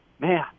man